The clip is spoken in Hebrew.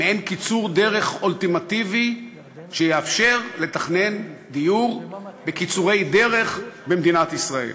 מעין קיצור דרך אולטימטיבי שיאפשר לתכנן דיור בקיצורי דרך במדינת ישראל.